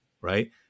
Right